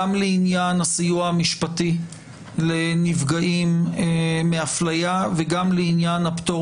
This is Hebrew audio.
גם לעניין הסיוע המשפטי לנפגעים מהפליה וגם לעניין הפטור